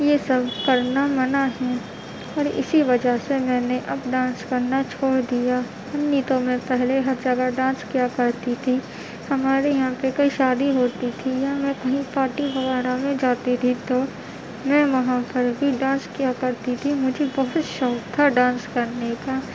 یہ سب کرنا منع ہے اور اسی وجہ سے میں نے اب ڈٓانس کرنا چھوڑ دیا نہیں تو میں پہلے ہر جگہ ڈانس کیا کرتی تھی ہمارے یہاں پہ کئی شادی ہوتی تھی یا میں کہیں پارٹی وغیرہ میں جاتی تھی تو میں وہاں پر بھی ڈانس کیا کرتی تھی مجھے بہت شوق تھا ڈانس کرنے کا